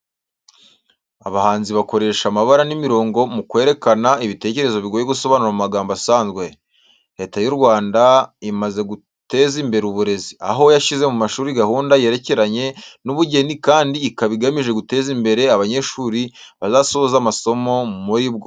Abahanzi bakoresha amabara n'imirongo mu kwerekana ibitekerezo bigoye gusobanura mu magambo asanzwe. Leta y'u Rwanda imaze guteza imbere uburezi, aho yashyize mu mashuri gahunda yerekeranye n'ubugeni kandi ikaba igamije guteza imbere abanyeshuri bazasoza amasomo muri bwo.